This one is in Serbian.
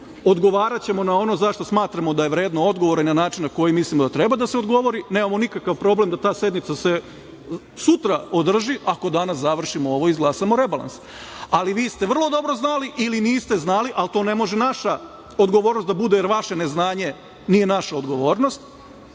odgovaraćemo na ono za šta smatramo da je vredno odgovora i na način na koji mislim da treba da se odgovori. Nemamo nikakav problem ta se ta sednica sutra održi, ako danas završimo ovu i izglasamo rebalans. Ali, vi ste vrlo dobro znali ili niste znali, ali to ne može naša odgovornost da bude, jer vaše neznanje nije naša odgovornost,